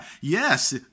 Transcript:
yes